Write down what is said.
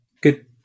good